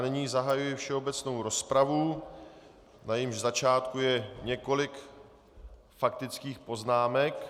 Nyní zahajuji všeobecnou rozpravu, na jejímž začátku je několik faktických poznámek.